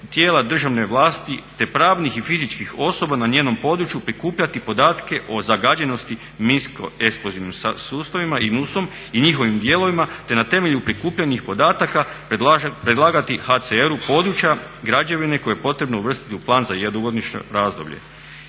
tijela državne vlasti te pravnih i fizičkih osoba na njenom području prikupljati podatke o zagađenosti minsko eksplozivnim sustavima i NUS-om i njihovim dijelovima te na temelju prikupljenih podataka predlagati HCR-u područja građevine koje je potrebno uvrstiti u plan za jednogodišnje razdoblje.